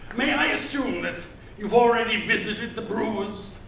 may i assume that you've already visited the brewers,